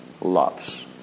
loves